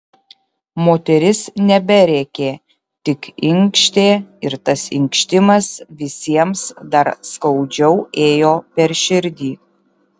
moteris neberėkė tik inkštė ir tas inkštimas visiems dar skaudžiau ėjo per širdį